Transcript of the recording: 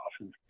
often